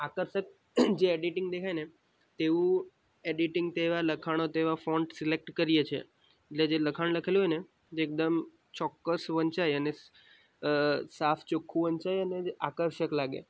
આકર્ષક જે એડિટિંગ દેખાયને તેવું એડિટિંગ તેવા લખાણો તેવા ફોન્ટ સિલેક્ટ કરીએ છીએ એટલે જે લખાણ લખેલું હોય ને એકદમ ચોક્કસ વંચાય અને સાફ ચોખ્ખું વંચાય અને જે આકર્ષક લાગે